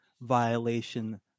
violation